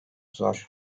zor